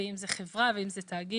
אם זו חברה ואם זה תאגיד,